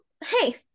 hey